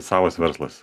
savas verslas